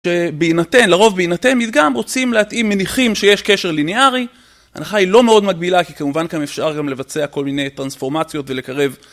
שבהינתן, לרוב בהינתן מדגם רוצים להתאים מניחים שיש קשר ליניארי ההנחה היא לא מאוד מגבילה כי כמובן כאן אפשר גם לבצע כל מיני טרנספורמציות ולקרב